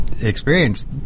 experience